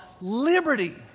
liberty